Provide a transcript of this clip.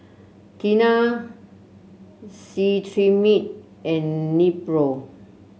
Tena Cetrimide and Nepro